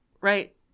right